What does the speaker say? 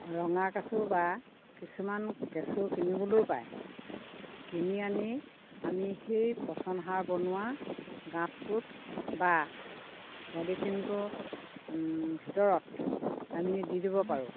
ৰঙা কেঁচু বা কিছুমান কেঁচু কিনিবলৈয়ো পায় কিনি আনি আমি সেই পচন সাৰ বনোৱা গাঁতটোত বা পলিথিনটোৰ ভিতৰত আমি দি দিব পাৰোঁ